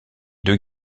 deux